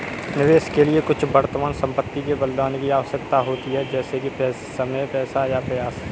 निवेश के लिए कुछ वर्तमान संपत्ति के बलिदान की आवश्यकता होती है जैसे कि समय पैसा या प्रयास